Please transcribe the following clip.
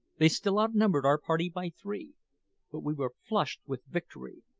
they still outnumbered our party by three but we were flushed with victory,